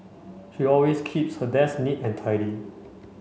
she always keeps her desk neat and tidy